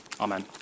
Amen